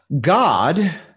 God